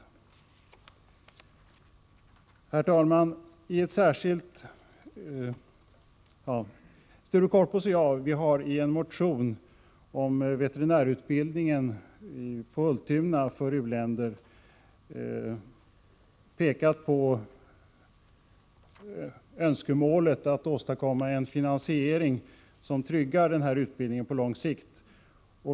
Herr talman! Sture Korpås och jag har i en motion om Ultunas veterinärutbildning för u-länder pekat på önskemålet att åstadkomma en finansiering som tryggar denna utbildning på lång sikt.